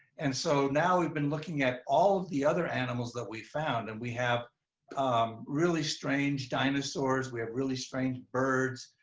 and so, now we've been looking at all of the other animals that we found, and we have really strange dinosaurs, we have really strange birds,